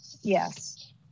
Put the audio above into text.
Yes